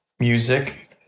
Music